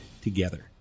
together